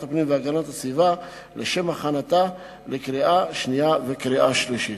הפנים והגנת הסביבה לשם הכנתה לקריאה שנייה ולקריאה השלישית.